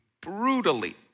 brutally